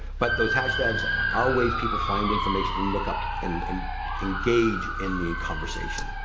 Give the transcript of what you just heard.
but those hashtags are ways people find information and look up and and engage in the conversation.